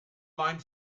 mein